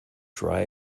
try